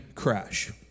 Crash